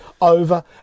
over